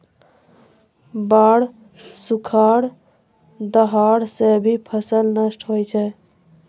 बाढ़, सुखाड़, दहाड़ सें भी फसल नष्ट होय जाय छै